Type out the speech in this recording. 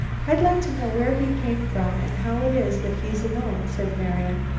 i'd like to know where he came from and how it is that he's alone, said marian.